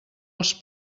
als